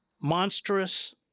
monstrous